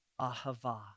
ahava